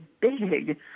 big